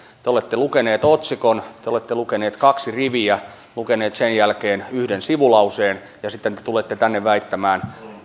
te olette lukenut otsikon te olette lukenut kaksi riviä lukenut sen jälkeen yhden sivulauseen ja sitten te tulette tänne väittämään